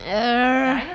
err